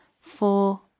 four